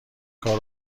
کار